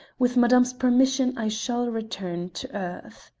with madame's permission, i shall return to earth.